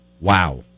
Wow